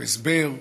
הוא הסביר.